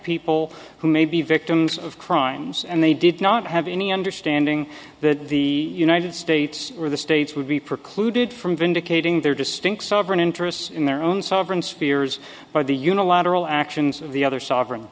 people who may be victims of crimes and they did not have any understanding that the united states or the states would be precluded from vindicating their distinct sovereign interests in their own sovereign spheres by the unilateral actions of the other sovereign